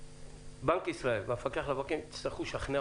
בנק ישראל והמפקח על הבנקים יצטרכו לשכנע